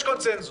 יש קונצנזוס.